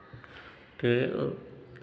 ते